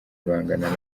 guhangana